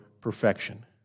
perfection